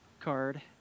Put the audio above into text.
card